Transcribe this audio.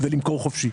למכור חופשי.